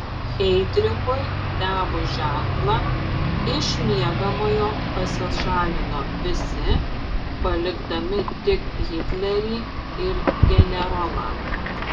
heidrichui davus ženklą iš miegamojo pasišalino visi palikdami tik hitlerį ir generolą